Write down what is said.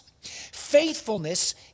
Faithfulness